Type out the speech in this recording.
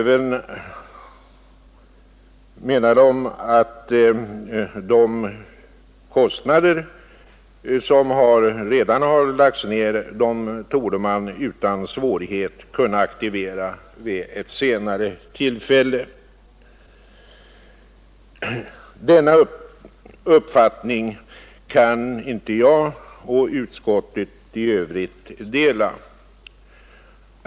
De menar också att de kostnader som redan har lagts ned utan svårighet torde kunna aktiveras vid ett senare tillfälle. Denna uppfattning kan inte jag och utskottet i övrigt dela.